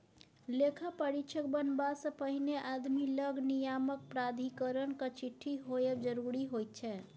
लेखा परीक्षक बनबासँ पहिने आदमी लग नियामक प्राधिकरणक चिट्ठी होएब जरूरी होइत छै